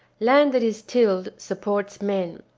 land that is tilled supports men.